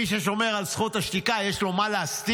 מי ששומר על זכות השתיקה, יש לו מה להסתיר.